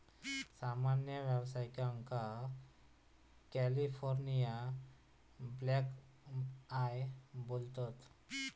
सामान्य व्यावसायिकांका California black eye बोलतत